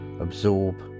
Absorb